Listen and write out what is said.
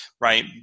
right